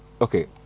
Okay